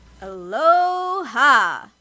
Aloha